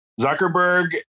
Zuckerberg